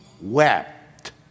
wept